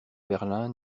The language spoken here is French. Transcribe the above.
berlin